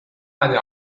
eine